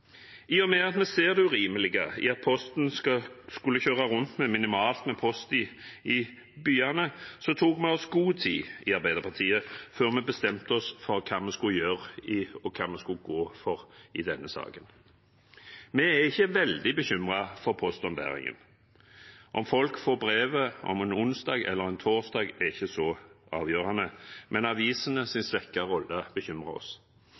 I og med at vi ser det urimelige i at Posten skulle kjøre rundt med minimalt med post i byene, tok vi i Arbeiderpartiet oss god tid før vi bestemte oss for hva vi skulle gjøre, og hva vi skulle gå for i denne saken. Vi er ikke veldig bekymret for postombæringen. Om folk får brevet en onsdag eller en torsdag, er ikke så avgjørende, men avisenes svekkede rolle bekymrer oss.